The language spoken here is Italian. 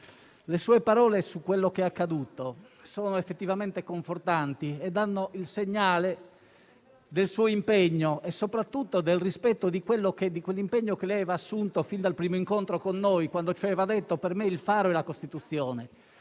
Le sue parole su quello che è accaduto sono effettivamente confortanti e danno il segnale del suo impegno e soprattutto del rispetto di quello che ha assunto fin dal primo incontro con noi, quando ci ha detto che per lei il faro è la Costituzione.